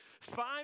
five